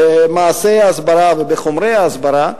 במעשי ההסברה ובחומרי ההסברה,